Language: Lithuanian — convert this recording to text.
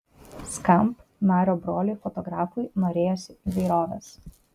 skamp nario broliui fotografui norėjosi įvairovės